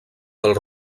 del